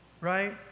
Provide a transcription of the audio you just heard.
right